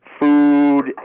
Food